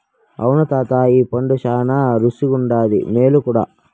అవును తాతా ఈ పండు శానా రుసిగుండాది, మేలు కూడా